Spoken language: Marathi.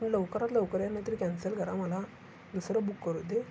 लवकरात लवकर या नाहीतर कॅन्सल करा मला दुसरं बुक करू दे